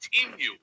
continue